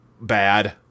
bad